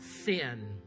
sin